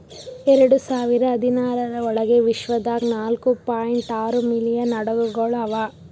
ಎರಡು ಸಾವಿರ ಹದಿನಾರರ ಒಳಗ್ ವಿಶ್ವದಾಗ್ ನಾಲ್ಕೂ ಪಾಯಿಂಟ್ ಆರೂ ಮಿಲಿಯನ್ ಹಡಗುಗೊಳ್ ಅವಾ